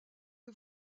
que